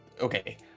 Okay